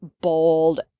Bold